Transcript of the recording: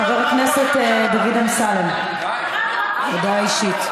חבר הכנסת דוד אמסלם, הודעה אישית.